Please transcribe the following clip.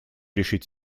решить